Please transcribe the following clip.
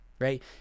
right